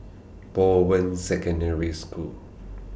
Bowen Secondary School